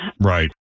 Right